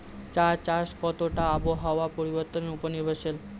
চা চাষ কতটা আবহাওয়ার পরিবর্তন উপর নির্ভরশীল?